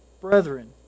brethren